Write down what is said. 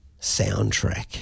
soundtrack